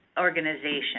organization